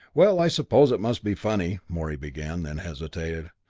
well, i suppose it must be funny, morey began, then hesitated.